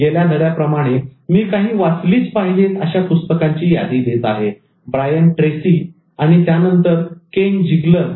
गेल्या धड्या प्रमाणे मी काही वाचलीच पाहिजेत अशा पुस्तकांची यादी देत आहे Brian Tracy ब्रायन ट्रेसी आणि त्यानंतर Ken Zeigler केन झिग्लर